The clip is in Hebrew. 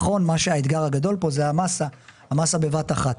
נכון, מה שהאתגר הגדול פה זה המסה, המסה בבת אחת.